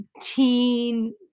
teen